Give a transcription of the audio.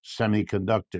semiconductor